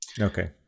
Okay